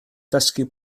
dysgu